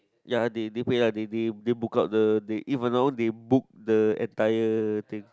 ya they they pay they they they book out the even now they book the entire thing